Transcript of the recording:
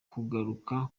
kugaruka